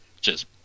Cheers